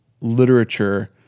literature